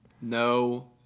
No